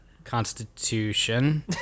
Constitution